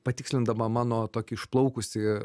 patikslindama mano tokį išplaukusį